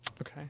Okay